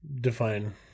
define